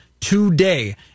today